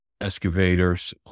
Excavators